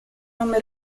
nome